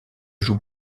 joue